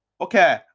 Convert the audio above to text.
okay